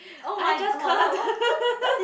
I just can't